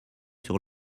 sur